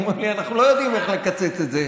אומרים לי: אנחנו לא יודעים איך לקצץ את זה.